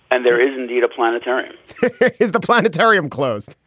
and there is indeed a planetarium is the planetarium closed?